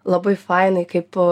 labai fainai kaip